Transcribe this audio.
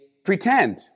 Pretend